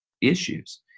issues